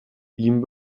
jím